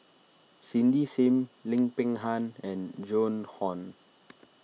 Cindy Sim Lim Peng Han and Joan Hon